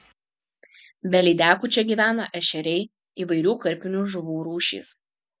be lydekų čia gyvena ešeriai įvairių karpinių žuvų rūšys